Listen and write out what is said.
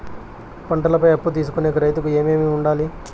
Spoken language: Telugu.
పంటల పై అప్పు తీసుకొనేకి రైతుకు ఏమేమి వుండాలి?